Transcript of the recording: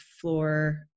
floor